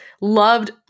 loved